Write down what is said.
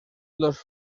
los